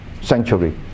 Sanctuary